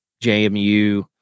JMU